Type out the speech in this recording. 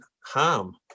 harm